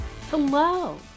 Hello